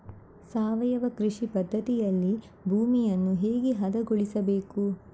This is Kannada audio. ಸಾವಯವ ಕೃಷಿ ಪದ್ಧತಿಯಲ್ಲಿ ಭೂಮಿಯನ್ನು ಹೇಗೆ ಹದಗೊಳಿಸಬೇಕು?